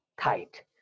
tight